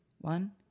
one